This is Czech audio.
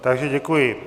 Takže děkuji.